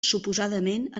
suposadament